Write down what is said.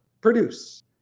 produce